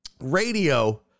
radio